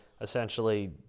essentially